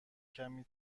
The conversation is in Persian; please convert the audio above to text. کمی